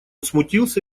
смутился